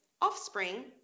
Offspring